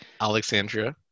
Alexandria